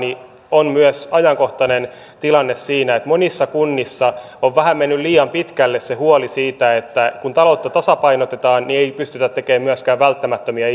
on myös ajankohtainen tilanne siinä että monissa kunnissa on mennyt vähän liian pitkälle huoli siitä että kun taloutta tasapainotetaan niin ei pystytä tekemään myöskään välttämättömiä